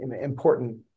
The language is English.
important